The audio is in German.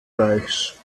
reiches